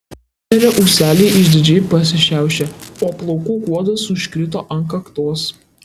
hitlerio ūseliai išdidžiai pasišiaušė o plaukų kuodas užkrito ant kaktos